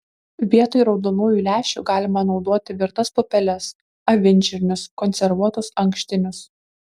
vietoj raudonųjų lęšių galima naudoti virtas pupeles avinžirnius konservuotus ankštinius